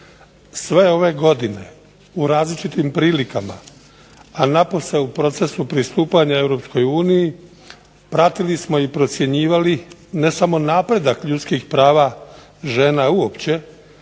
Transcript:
Sve ove godine u različitim prilikama a napose u procesu pristupanja Europskoj uniji pratili smo i procjenjivali ne samo napredak ljudskih prava žena uopće